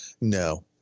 no